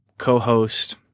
co-host